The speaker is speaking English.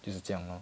就是这样 lor